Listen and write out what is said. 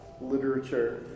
literature